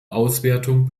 auswertung